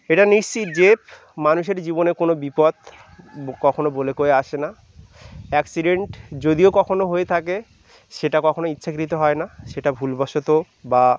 এটা নিশ্চিত যে মানুষের জীবনে কোনো বিপদ কখনো বলে কয়ে আসে না অ্যাক্সিডেন্ট যদিও কখনো হয়ে থাকে সেটা কখনো ইচ্ছাকৃত হয় না সেটা ভুলবশত বা